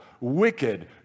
wicked